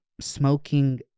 smoking